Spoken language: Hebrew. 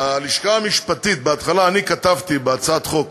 הלשכה המשפטית בהתחלה כתבתי בהצעת החוק